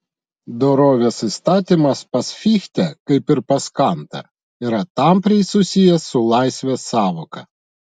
dorovės įstatymas pas fichtę kaip ir pas kantą yra tampriai susijęs su laisvės sąvoka